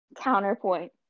counterpoint